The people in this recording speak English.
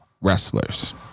wrestlers